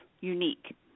unique